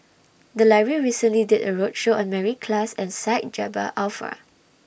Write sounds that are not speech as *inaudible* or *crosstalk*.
The Library recently did A roadshow on Mary Klass and Syed *unintelligible*